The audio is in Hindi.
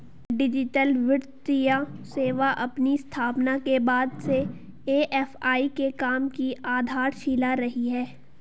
डिजिटल वित्तीय सेवा अपनी स्थापना के बाद से ए.एफ.आई के काम की आधारशिला रही है